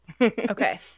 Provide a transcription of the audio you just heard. Okay